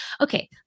okay